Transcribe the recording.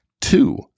Two